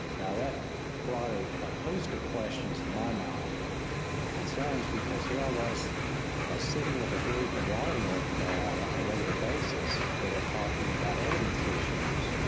now that brought a a host of questions to my mind and concerns, because here i was sitting with a group in raleigh north carolina on a regular basis that were talking about evidence issues,